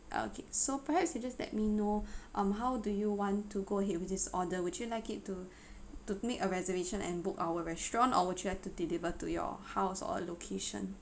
okay so perhaps you just let me know um how do you want to go ahead with this order would you like it to to make a reservation and book our restaurant or would you like to deliver to your house or location